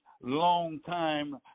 longtime